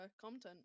content